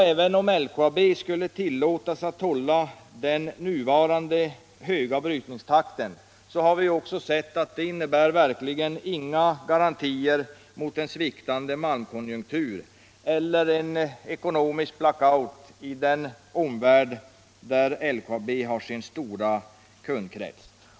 Även om LKAB skulle tillåtas att hålla den nuvarande höga brytningstakten har vi sett att det inte innebär några garantier mot en vikande malmkonjunktur eller en ekonomisk black out i den omvärld där LKAB har sin stora kundkrets.